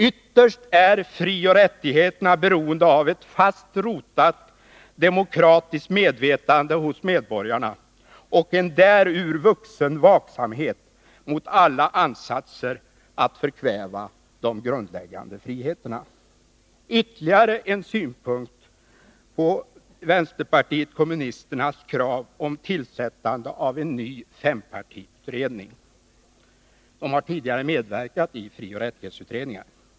Ytterst är frioch rättigheterna beroende av ett fast rotat demokratiskt medvetande hos medborgarna och en därur vuxen vaksamhet mot alla ansatser att förkväva de grundläggande friheterna. Ytterligare en synpunkt på vänsterpartiet kommunisternas krav på tillsättande av en fempartiutredning; de har tidigare medverkat i frioch rättighetsutredningar.